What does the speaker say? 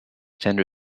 tender